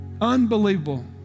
Unbelievable